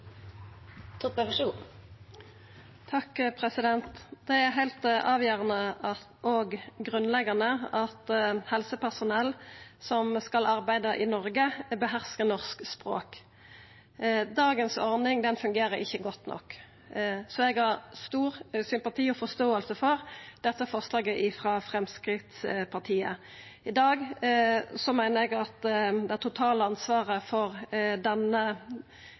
heilt avgjerande og grunnleggjande at helsepersonell som skal arbeida i Noreg, beherskar norsk språk. Dagens ordning fungerer ikkje godt nok, så eg har stor sympati og forståing for dette forslaget frå Framstegspartiet. I dag vert det totale ansvaret for dette området lagt til arbeidsgivaren, og eg meiner at vi som storting ikkje kan skyva alt dette ansvaret